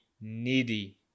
needy